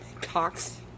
talks